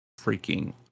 freaking